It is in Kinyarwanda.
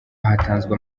hatanzwe